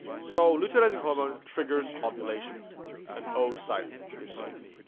so luteinizing hormone triggers um ovulation and oocyte is released